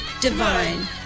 divine